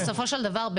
בסופו של דבר,